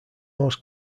most